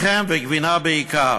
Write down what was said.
לחם וגבינה בעיקר.